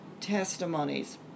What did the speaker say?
testimonies